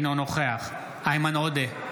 אינו נוכח איימן עודה,